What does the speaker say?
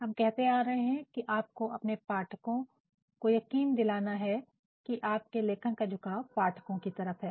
हम कहते आ रहे हैं कि आपको अपने पाठकों को यकीन दिलाना है किआपके लेखन का झुकाव पाठकों की तरफ हैं